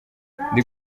ndi